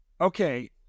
Okay